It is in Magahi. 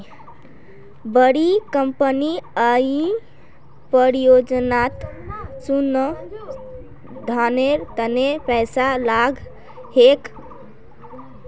बड़ी कंपनी कई परियोजनात अनुसंधानेर तने पैसा लाग छेक